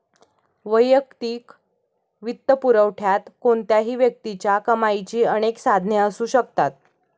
वैयक्तिक वित्तपुरवठ्यात कोणत्याही व्यक्तीच्या कमाईची अनेक साधने असू शकतात